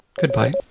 Goodbye